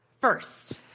First